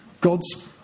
God's